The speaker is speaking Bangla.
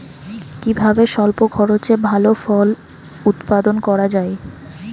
কিভাবে স্বল্প খরচে ভালো ফল উৎপাদন করা যায়?